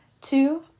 Two